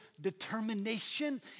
determination